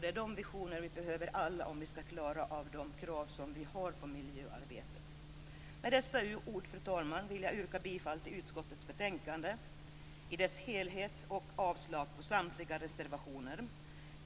Det är dessa visioner vi alla behöver om vi skall klara av de krav som vi har på miljöarbetet. Med dessa ord, fru talman, vill jag yrka bifall till hemställan i utskottets betänkande i dess helhet och avslag på samtliga reservationer.